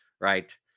right